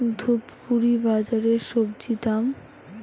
ধূপগুড়ি বাজারের স্বজি দাম?